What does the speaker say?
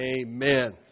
Amen